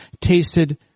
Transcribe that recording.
tasted